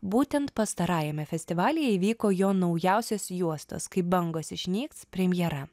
būtent pastarajame festivalyje įvyko jo naujausios juostos kai bangos išnyks premjera